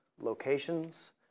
locations